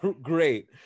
great